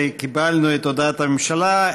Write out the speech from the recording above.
קיבלנו את הודעת הממשלה.